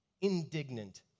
Indignant